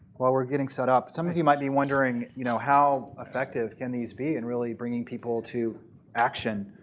while we're getting set up, some of you might be wondering you know how effective can these be in really bringing people to action?